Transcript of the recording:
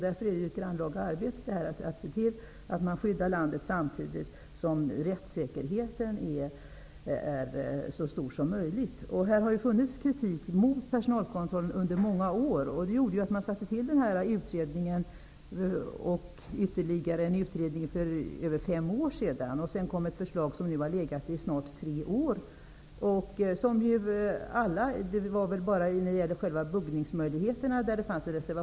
Därför är det ett grannlaga arbete att se till att landet skyddas samtidigt som rättssäkerheten skall vara så stor som möjligt. Det har under många år riktats kritik mot personalkontrollen, vilket har gjort att ytterligare en utredning tillsattes för mer än fem år sedan. Utredningen kom sedan med ett förslag som har legat i tre år. Den innehöll bara en reservation beträffande buggningsmöjligheterna.